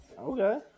Okay